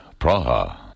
Praha